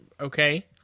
Okay